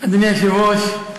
אדוני היושב-ראש,